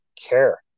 care